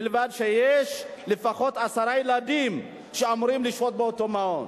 ובלבד שיש לפחות עשרה ילדים שאמורים לשהות באותו מעון."